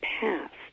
past